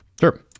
Sure